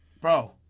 Bro